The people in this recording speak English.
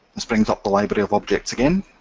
this brings up the library of objects again,